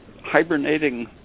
hibernating